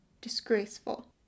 Disgraceful